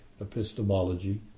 epistemology